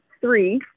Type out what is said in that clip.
three